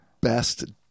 best